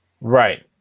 Right